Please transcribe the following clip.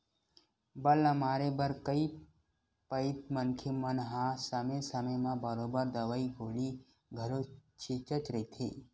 बन ल मारे बर कई पइत मनखे मन हा समे समे म बरोबर दवई गोली घलो छिंचत रहिथे